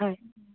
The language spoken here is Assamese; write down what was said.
হয়